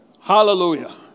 Hallelujah